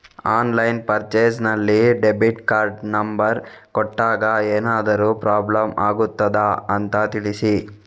Online purchase ನಲ್ಲಿ debit ಕಾರ್ಡಿನ number ಕೊಟ್ಟಾಗ ಏನಾದರೂ ಪ್ರಾಬ್ಲಮ್ ಆಗುತ್ತದ ಅಂತ ತಿಳಿಸಿ?